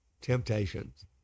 temptations